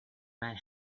man